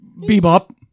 Bebop